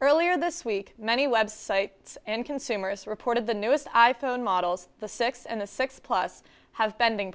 earlier this week many websites and consumers reported the newest i phone models the six and the six plus have bending